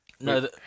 No